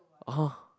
ah